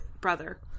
brother